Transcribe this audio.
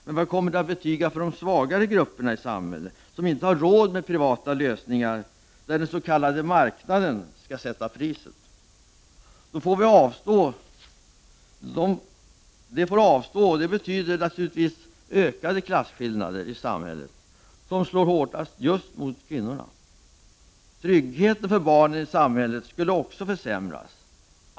Men vad kommer det att betyda för de svagare grupperna i samhället, som inte har råd med privata lösningar där den s.k. marknaden skall sätta priset. De får avstå, och det betyder naturligtvis ökade klasskillnader i samhället, vilket slår hårdast just mot kvinnorna. Tryggheten för barnen i samhället skulle också försämras.